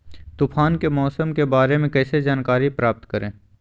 तूफान के मौसम के बारे में कैसे जानकारी प्राप्त करें?